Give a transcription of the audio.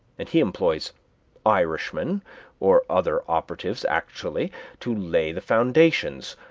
and he employs irishmen or other operatives actually to lay the foundations,